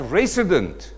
resident